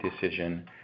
decision